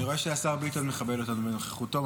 אני רואה שהשר ביטון מכבד אותנו בנוכחותו,